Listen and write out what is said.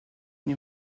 une